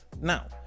Now